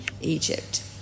Egypt